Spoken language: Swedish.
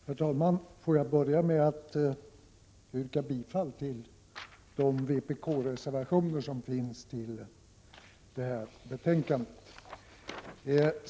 Herr talman! Låt mig börja med att yrka bifall till de vpk-reservationer som fogats till detta betänkande.